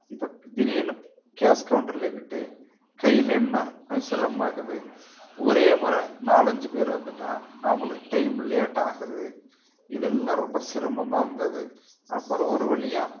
இப்போ திடீரெனு கேஸ் கௌண்டரில் நின்றுட்டு கையிலே எண்ண கொஞ்சம் சிரமமாக இருக்குது ஒரே முறை நாலஞ்சு பேர் வந்துவிட்டா அவங்களுக்கு டைம் லேட்டாகுது இதெல்லாம் ரொம்ப சிரமமாக இருந்தது அப்புறம் ஒரு வழியா